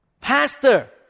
pastor